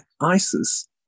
Isis